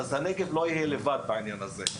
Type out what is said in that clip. אז הנגב לא יהיה לבד בעניין הזה.